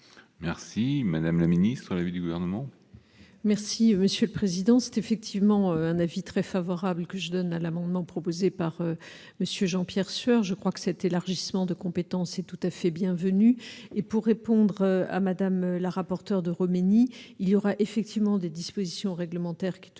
Merci madame la ministre à l'avis du gouvernement. Merci monsieur le président, c'est effectivement un avis très favorable que je donne à l'amendement proposé par monsieur Jean-Pierre Sueur je crois que cet élargissement de compétences est tout à fait bienvenue et pour répondre à Madame la rapporteure de Khomeiny, il y aura effectivement des dispositions réglementaires qui devront